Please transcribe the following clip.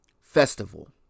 festival